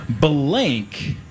Blank